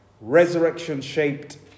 resurrection-shaped